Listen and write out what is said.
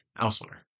elsewhere